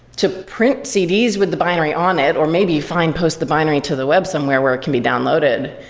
to print cds with the binary on it, or maybe find post the binary to the web somewhere where it can be downloaded,